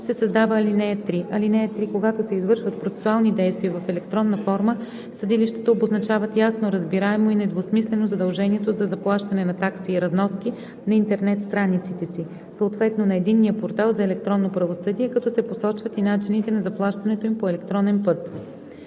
се създава ал. 3: „(3) Когато се извършват процесуални действия в електронна форма, съдилищата обозначават ясно, разбираемо и недвусмислено задължението за заплащане на такси и разноски на интернет страниците си, съответно на единния портал за електронно правосъдие, като се посочват и начините на заплащането им по електронен път.“